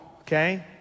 okay